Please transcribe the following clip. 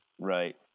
Right